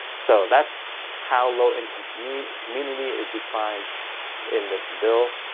so that's how low income community community is defined in this bill.